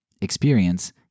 experience